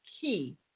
key